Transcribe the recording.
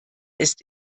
ist